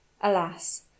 Alas